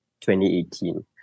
2018